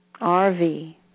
RV